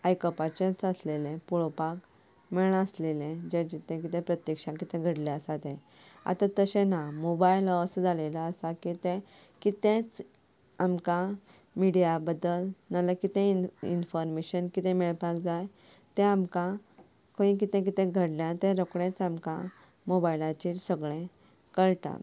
आयकोपाचेंच आसलेलें पळोपाक मेळनासलेले जे किदें प्रत्यक्षान घडलें आसा तें आतां तशें ना मोबायल हो असो जालेलो आसा की तें कितेंच आमकां मिडिया बद्दल नाल्यार किदेंय इनफोरमेशन किदेंय मेळपाक जाय तें आमकां खंयी किदें किदें घडलां तें रोकडेंच आमकां मोबायलाचेर सगळें कळटा